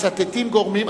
מצטטים גורמים,